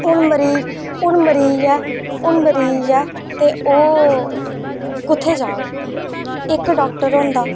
हून हून मरीज ऐ हून मरीज ऐ ते ओह् कुत्थै जाह्ग इक्क डॉक्टर होंदा